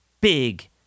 big